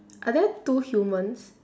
are there two humans